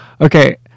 Okay